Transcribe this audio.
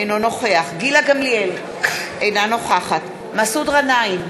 אינו נוכח גילה גמליאל, אינה נוכחת מסעוד גנאים,